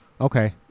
Okay